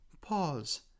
Pause